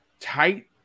tight